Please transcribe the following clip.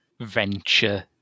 venture